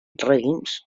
raïms